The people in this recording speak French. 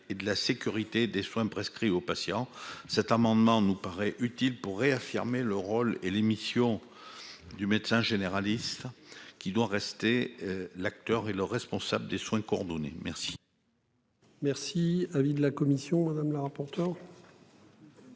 et de la sécurité des soins prescrits aux patients. Cet amendement, nous paraît utile pour réaffirmer le rôle et les missions. Du médecin généraliste. Qui doit rester l'acteur et le responsable des soins coordonnés, merci.